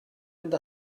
mynd